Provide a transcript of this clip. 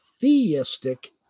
theistic